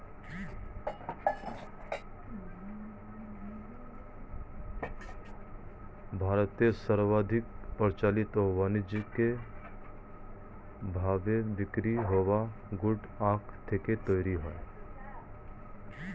ভারতে সর্বাধিক প্রচলিত ও বানিজ্যিক ভাবে বিক্রি হওয়া গুড় আখ থেকেই তৈরি হয়